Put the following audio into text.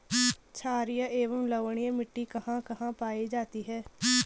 छारीय एवं लवणीय मिट्टी कहां कहां पायी जाती है?